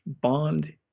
bond